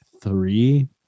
three